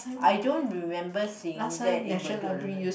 I don't remember seeing that in Bedok library